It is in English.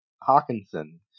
Hawkinson